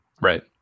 Right